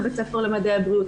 בית הספר למדעי הבריאות.